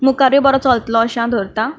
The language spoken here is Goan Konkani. मुखारय बरो चलतलो अशें हांव धरतां